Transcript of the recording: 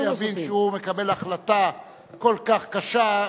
שיבין שכשהוא מקבל החלטה כל כך קשה,